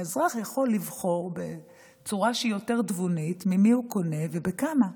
האזרח יכול לבחור בצורה שהיא יותר תבונית ממי הוא קונה ובכמה.